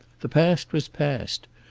the past was past.